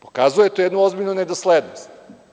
Pokazujete jednu ozbiljnu nedoslednost.